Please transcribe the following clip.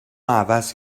عوض